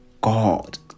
God